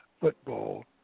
Football